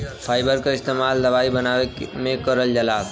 fibre क इस्तेमाल दवाई बनावे में करल जाला